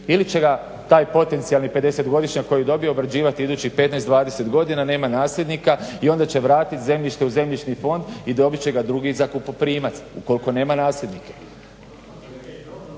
Ili će ga taj potencijalni 50-godišnjak koji dobije obrađivati idućih 15, 20 godina, nema nasljednika i onda će vratiti zemljište u zemljišni fond i dobit će ga drugi zakupoprimac ukoliko nema nasljednike.